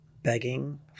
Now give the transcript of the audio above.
begging